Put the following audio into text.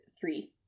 three